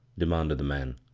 demanded the man.